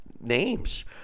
names